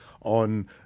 on